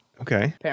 Okay